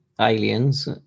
aliens